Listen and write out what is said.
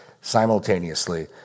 simultaneously